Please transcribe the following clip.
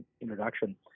introduction